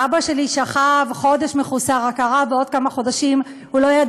ואבא שלי שכב חודש מחוסר הכרה, ועוד כמה חודשים.